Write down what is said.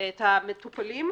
את המטופלים,